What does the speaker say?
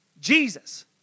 Jesus